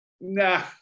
nah